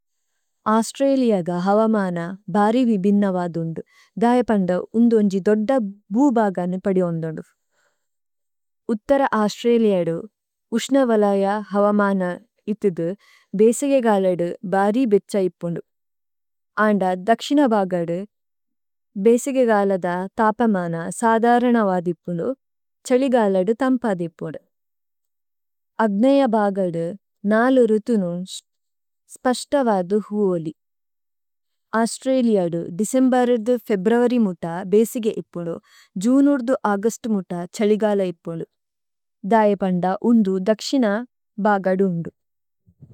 Australia ദ ഹവമന ബാരി വിബിന്നവദുന്ദു। ദയപന്ദു ഉന്ദുന്ജി ദോദ്ദ ബു ബഗനു പദിഓന്ദുന്ദു। ഉത്തര ഔസ്ത്രലിഅ ദു ഉശ്ന വലയ ഹവമന ഇത്ഥിദു ബേസിഗേ ഗലദു ബാരി ബേച്ഛ ഇപ്പുനു। അന്ദ ദക്ശിന ബഗദു ബേസിഗേ ഗലദ തപമന സദരനവദു ഇപ്പുനു। ഛ്ഹലിഗാലദു തമ്പദു ഇപ്പുനു। അഗ്നയ ബഗദു നാലു രുതുനു സ്പശ്തവദു ഹുഓലി। ഔസ്ത്രലിഅ ദു ദിസേമ്ബരിദു ഫേബ്രുഅരി മുത്ത ബേസിഗേ ഇപ്പുനു। ജുനുര്ദു അഗുസ്തു മുത്ത ഛലിഗാല ഇപ്പുനു। ദയപന്ദ ഉന്ദു ദക്ശിന ബഗദു ഉന്ദു।